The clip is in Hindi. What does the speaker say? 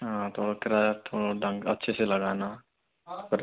हाँ तो किराया थोड़ा ढंग का अच्छे से लगाना पर